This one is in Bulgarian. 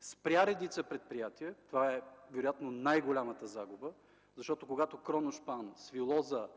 спря редица предприятия и това вероятно е най-голямата загуба. Когато „Кроношпан”, „Свилоза”,